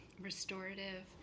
restorative